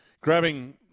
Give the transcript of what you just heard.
grabbing